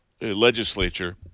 legislature